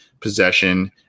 possession